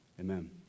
Amen